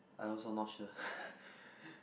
I also not sure